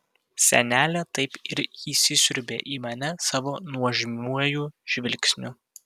senelė taip ir įsisiurbė į mane savo nuožmiuoju žvilgsniu